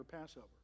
Passover